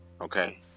okay